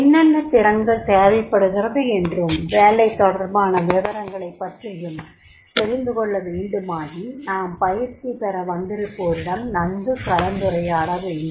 என்னென்ன திறன்கள் தேவைப்படுகிறது என்றும் வேலை தொடர்பான விவரங்களைப் பற்றியும் தெரிந்துகொள்ள வேண்டுமாயின் நாம் பயிற்சி பெற வந்திருப்போரிடம் நன்கு கலந்துரையாட வேண்டும்